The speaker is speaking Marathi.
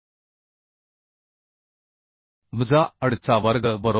वजा AD चा वर्ग बरोबर